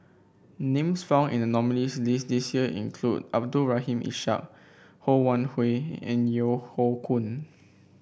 names found in the nominees' list this year include Abdul Rahim Ishak Ho Wan Hui and Yeo Hoe Koon